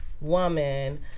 Woman